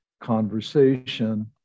conversation